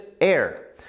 air